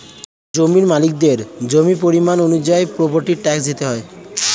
জমির মালিকদের জমির পরিমাণ অনুযায়ী প্রপার্টি ট্যাক্স দিতে হয়